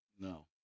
No